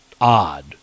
odd